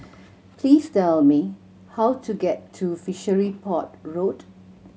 please tell me how to get to Fishery Port Road